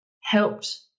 helped